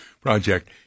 project